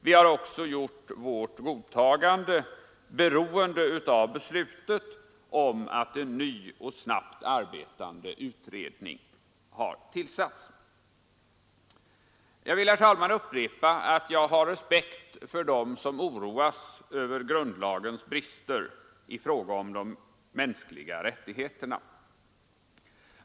Vi har också gjort vårt godtagande beroende av beslutet om att en ny och snabbt arbetande utredning har tillsatts. Jag vill, herr talman, upprepa att jag har respekt för dem som oroas över grundlagens brister i fråga om de mänskliga rättigheterna.